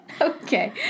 Okay